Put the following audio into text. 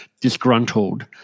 disgruntled